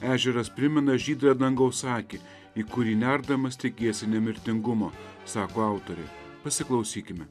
ežeras primena žydrą dangaus akį į kurį nerdamas tikiesi nemirtingumo sako autorė pasiklausykime